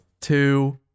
Two